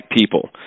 people